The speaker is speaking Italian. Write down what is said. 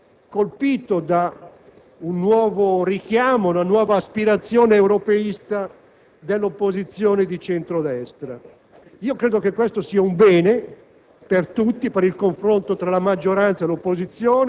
Presidente, sono rimasto favorevolmente colpito da un nuovo richiamo, da una nuova aspirazione europeista dell'opposizione di centro-destra. Credo che sia un bene